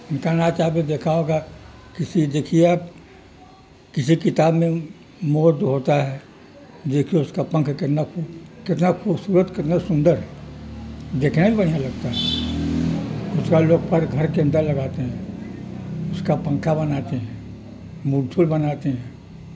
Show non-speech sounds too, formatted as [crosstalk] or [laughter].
ان کا ناچ آپ دیکھا ہوگا کسی دیکھیے آپ کسی کتاب میں مور ہوتا ہے دیکھیے اس کا پنکھ کتنا کتنا خوبصورت کتنا سندر دیکھنا بھی بڑھیا لگتا ہے [unintelligible] لوگ پر گھر کے اندر لاتے ہیں اس کا پنکھا بناتے ہیں [unintelligible] بناتے ہیں